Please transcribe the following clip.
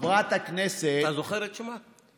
חברת הכנסת, אתה זוכר את שמה?